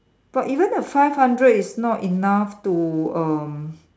but even the five hundred is not enough to um